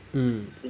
hmm